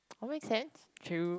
oh make sense true